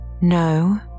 No